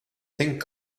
think